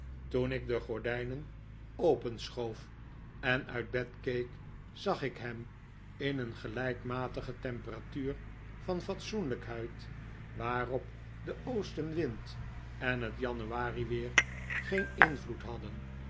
toen ik de gordijnen openschoof en uit bed keek zag ik hem in een gelijkmatige temperatuur van fatsoenlijkheid waarop de oostenwind en het januari-weer geen invloed hadden